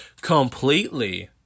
completely